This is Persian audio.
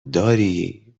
داری